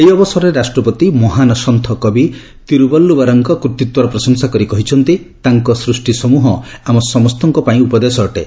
ଏହି ଅବସରରେ ରାଷ୍ଟ୍ରପତି ମହାନ ସନ୍ଥ କବି ତିରୁବଲୁବର୍ଙ୍କ କୃତୀତ୍ୱର ପ୍ରଶଂସା କରି କହିଛନ୍ତି ତାଙ୍କ ସୃଷ୍ଟି ସମ୍ବହ ଆମ ସମସ୍ତଙ୍କ ପାଇଁ ଉପଦେଶ ଅଟେ